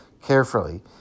carefully